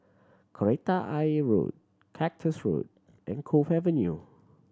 Kreta Ayer Road Cactus Road and Cove Avenue